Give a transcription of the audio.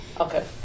Okay